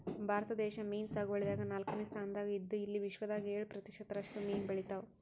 ಭಾರತ ದೇಶ್ ಮೀನ್ ಸಾಗುವಳಿದಾಗ್ ನಾಲ್ಕನೇ ಸ್ತಾನ್ದಾಗ್ ಇದ್ದ್ ಇಲ್ಲಿ ವಿಶ್ವದಾಗ್ ಏಳ್ ಪ್ರತಿಷತ್ ರಷ್ಟು ಮೀನ್ ಬೆಳಿತಾವ್